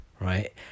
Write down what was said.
right